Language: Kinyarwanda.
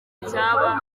icyaba